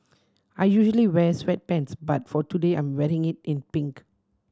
I usually wear sweatpants but for today I'm wearing it in pink